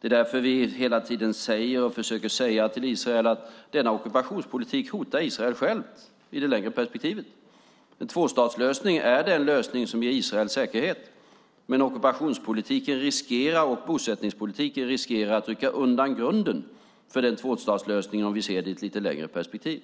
Det är därför vi hela tiden säger och försöker säga till Israel att denna ockupationspolitik hotar Israel självt i det längre perspektivet. En tvåstatslösning är den lösning som ger Israel säkerhet. Men ockupationspolitiken och bosättningspolitiken riskerar att rycka undan grunden för en tvåstatslösning om vi ser det i ett lite längre perspektiv.